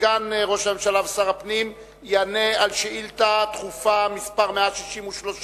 סגן ראש הממשלה ושר הפנים יענה על שאילתא דחופה מס' 163,